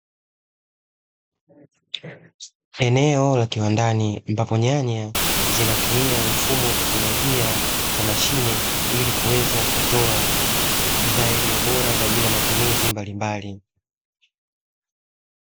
Eneo la kiwandani ambapo nyanya zinatumia mfumo wa teknolojia wa mashine ili kuweza kutoa bidhaa iliyo bora kwa ajili ya matumizi mbalimbali.